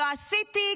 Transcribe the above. לא עשיתי,